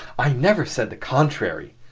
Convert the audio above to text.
i never said the contrary,